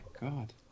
god